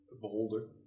beholder